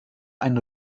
ein